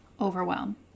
overwhelm